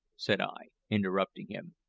said i, interrupting him,